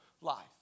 life